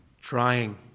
trying